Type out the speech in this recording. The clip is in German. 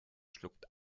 schluckt